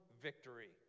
victory